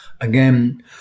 again